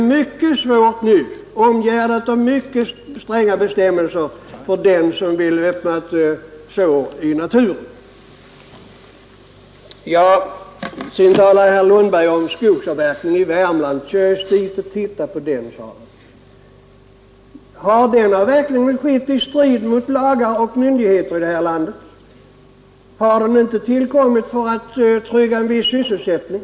Området är nu omgärdat av mycket stränga bestämmelser, och det är mycket svårt att nu öppna ett sår i naturen. Herr Lundberg talade också om skogsavverkning i Värmland. Far dit och titta på den! sade han. Har denna verkligen skett i strid mot lagar och myndigheters beslut här i landet? Har den inte tillkommit för att trygga en viss sysselsättning?